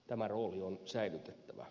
tämä rooli on säilytettävä